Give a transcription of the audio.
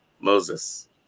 moses